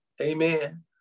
Amen